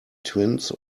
twins